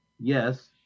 Yes